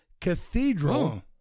Cathedral